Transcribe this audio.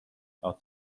are